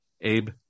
Abe